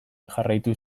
jarraitu